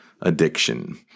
Addiction